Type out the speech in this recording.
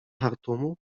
chartumu